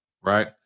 Right